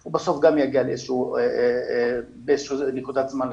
הוא בסוף יגיע באיזושהי נקודת זמן לקצה.